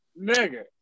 nigga